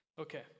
Okay